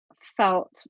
felt